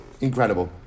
Incredible